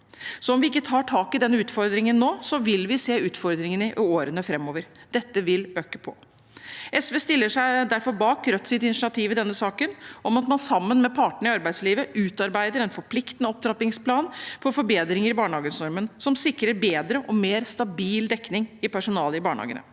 Så om vi ikke tar tak i denne utfordringen nå, vil vi se at utfordringene i årene framover vil øke. SV stiller seg derfor bak Rødts initiativ i denne saken, om at man sammen med partene i arbeidslivet utarbeider en forpliktende opptrappingsplan for forbedringer i bemanningsnormen, som sikrer bedre og mer stabil dekning av personale i barnehagene.